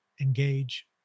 engage